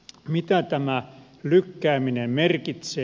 mitä tämä lykkääminen merkitsee